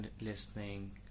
listening